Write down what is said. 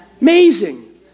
amazing